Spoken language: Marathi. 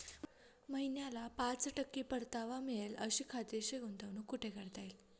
महिन्याला पाच टक्के परतावा मिळेल अशी खात्रीशीर गुंतवणूक कुठे करता येईल?